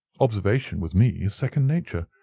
observation with me is second nature.